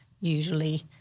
usually